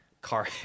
Car